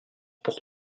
pour